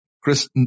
Chris